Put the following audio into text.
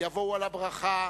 יבואו על הברכה